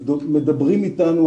הם מדברים איתנו,